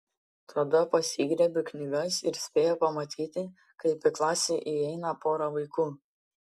tada pasigriebiu knygas ir spėju pamatyti kaip į klasę įeina pora vaikų